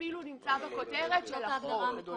זה אפילו נמצא בכותרת של החוק.